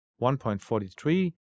1.43